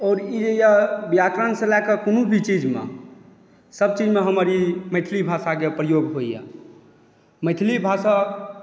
आओर ई यए व्याकरणसँ लए कऽ कोनो भी चीजमे सभचीजमे हमर ई मैथिली भाषाके प्रयोग होइए मैथिली भाषा